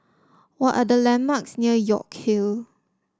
what are the landmarks near York Hill